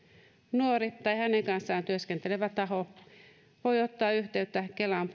nuori tai hänen kanssaan työskentelevä taho voi ottaa puhelimitse yhteyttä kelaan